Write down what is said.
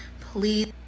please